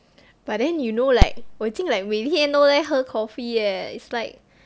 but then you know like 我已经 like 每天都在喝 coffee eh it's like